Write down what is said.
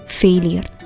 failure